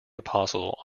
apostle